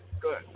Good